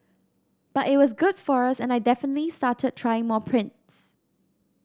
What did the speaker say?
but it was good for us and I definitely started trying more prints